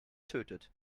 tötet